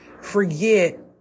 forget